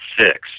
six